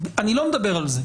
אני לא מדבר על זה.